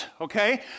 okay